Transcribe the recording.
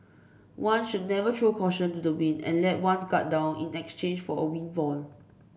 one should never throw caution to the wind and let one's guard down in exchange for a windfall